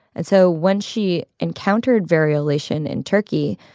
and so when she encountered variolation in turkey,